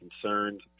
concerned